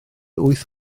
wyth